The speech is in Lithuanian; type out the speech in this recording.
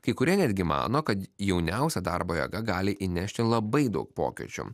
kai kurie netgi mano kad jauniausia darbo jėga gali įnešti labai daug pokyčių